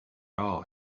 all